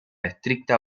estricta